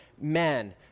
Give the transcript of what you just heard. men